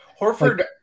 Horford